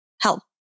help